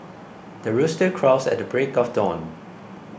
the rooster crows at the break of dawn